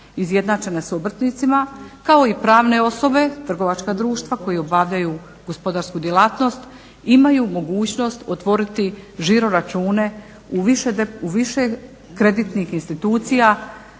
izjednačene s obrtnicima kao i pravne osobe, trgovačka društva koji obavljaju gospodarsku djelatnost imaju mogućnost otvoriti žiroračune u više kreditnih institucije